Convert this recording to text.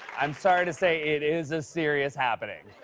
i'm sorry to say it is a serious happening.